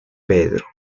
pedro